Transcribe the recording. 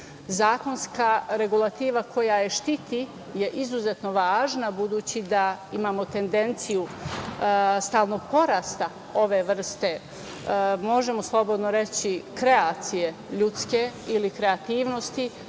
svojina. Zakonska regulativa koja je štiti je izuzetno važna, budući da imamo tendenciju stalnog porasta ove vrste, možemo slobodno reći kreacije ljudske ili kreativnosti